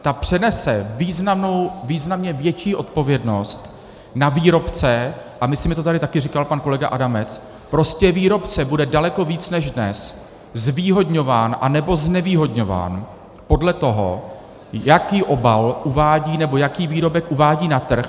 Ta přenese významně větší odpovědnost na výrobce, a myslím, že to tady taky říkal pan kolega Adamec, prostě výrobce bude daleko víc než dnes zvýhodňován, anebo znevýhodňován, podle toho, jaký obal uvádí nebo jaký výrobek uvádí na trh.